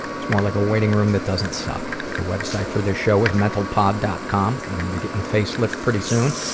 it's more like a waiting room that doesn't suck. the website for the show is mentalpod. com we're going to be getting a facelift pretty soon.